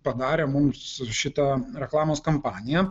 padarė mums šitą reklamos kampaniją